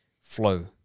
flow